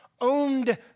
Owned